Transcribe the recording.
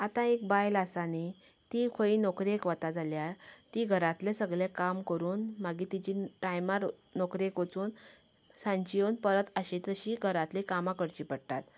आतां एक बायल आसा न्ही ती खंय नोकरेक वता जाल्यार ती घरांतले सगळें काम करून मागीर तेची टायमार नोकरेक वचून सांजे येवन परत आशील्ली तशीं घरांतली कामां करची पडटात